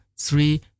three